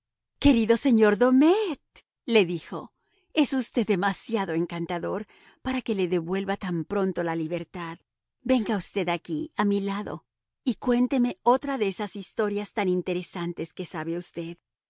querido señor domet le dijo es usted demasiado encantador para que le devuelva tan pronto la libertad venga usted aquí a mi lado y cuénteme otra de esas historias tan interesantes que sabe usted